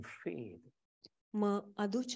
feed